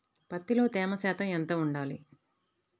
పత్తిలో తేమ శాతం ఎంత ఉండాలి?